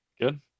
Good